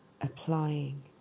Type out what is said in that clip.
applying